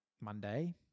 Monday